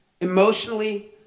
Emotionally